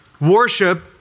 worship